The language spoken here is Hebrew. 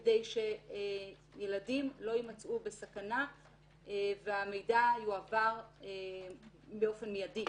כדי שילדים לא יימצאו בסכנה והמידע יועבר באופן מיידי,